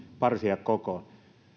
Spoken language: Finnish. parsia kokoon